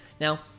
now